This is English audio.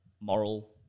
moral